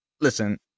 listen